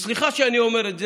סליחה שאני אומר את זה,